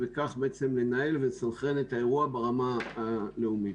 ובכך לנהל ולסנכרן את האירוע ברמה הלאומית.